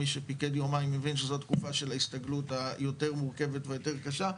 מי שפיקד יומיים מבין שזו התקופה של ההסתגלות היותר מורכבת והיותר קשה,